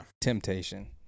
temptation